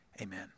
Amen